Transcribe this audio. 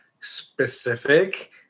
specific